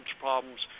problems